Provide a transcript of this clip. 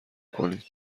کنید